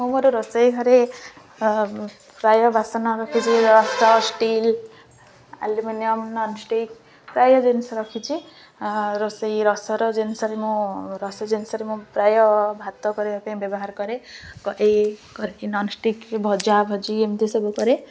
ମୁଁ ମୋର ରୋଷେଇ ଘରେ ପ୍ରାୟ ବାସନ ରଖିଛି ରସ ଷ୍ଟିଲ୍ ଆଲୁମିନିୟମ୍ ନନ୍ ଷ୍ଟିକ୍ ପ୍ରାୟ ଜିନିଷ ରଖିଛି ରୋଷେଇ ରସର ଜିନିଷରେ ମୁଁ ରସ ଜିନିଷରେ ମୁଁ ପ୍ରାୟ ଭାତ କରିବା ପାଇଁ ବ୍ୟବହାର କରେ ଏଇ ନନ୍ ଷ୍ଟିକ୍ ଭଜା ଭଜି ଏମିତି ସବୁ କରେ